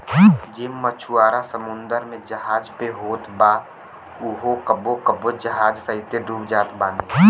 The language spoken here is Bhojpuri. जे मछुआरा समुंदर में जहाज पे होत बा उहो कबो कबो जहाज सहिते डूब जात बाने